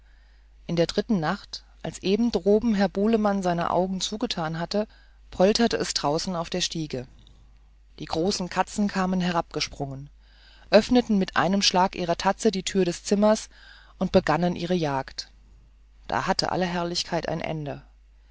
in der dritten nacht als eben droben herr bulemann seine augen zugetan hatte polterte es draußen auf den stiegen die großen katzen kamen herabgesprungen öffneten mit einem schlag ihrer tatze die tür des zimmers und begannen ihre jagd da hatte alle herrlichkeit ein ende